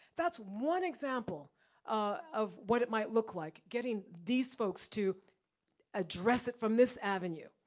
that's one example of what it might look like, getting these folks to address it from this avenue.